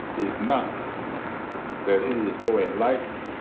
is not that it is more enlightened